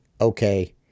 okay